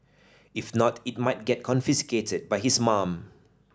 if not it might get confiscated by his mum